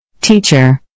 Teacher